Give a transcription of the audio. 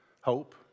hope